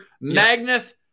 Magnus